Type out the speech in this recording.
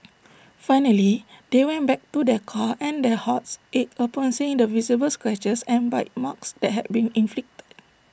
finally they went back to their car and their hearts ached upon seeing the visible scratches and bite marks that had been inflicted